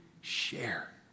share